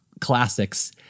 classics